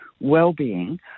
well-being